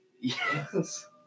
Yes